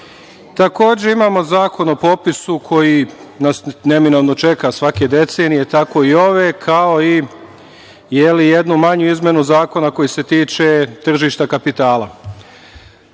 zajam. Takođe, imamo Zakon o popisu, koji nas neminovno čeka svake decenije tako i ove, kao i jednu manju izmenu zakona koji ste tiče tržišta kapitala. Ako